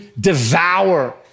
devour